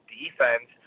defense